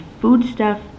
foodstuff